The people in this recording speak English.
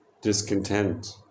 Discontent